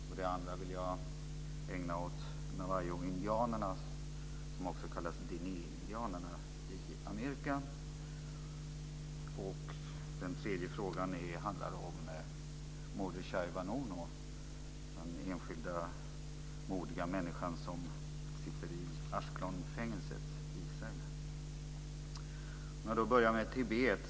Den andra frågan vill jag ägna åt navajoindianerna, som också kallas dinéhindianerna, i Amerika. Den tredje frågan handlar om Mordechai Vanunu. Den enskilda modiga människan som sitter i Ashkelonfängelset i Israel. Jag börjar då med Tibet.